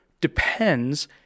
depends